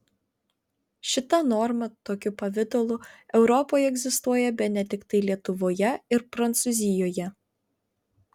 šita norma tokiu pavidalu europoje egzistuoja bene tiktai lietuvoje ir prancūzijoje